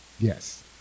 yes